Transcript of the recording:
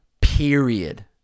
period